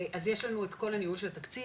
אז יש לנו את כל הניהול של תקציב,